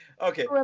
Okay